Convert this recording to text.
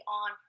on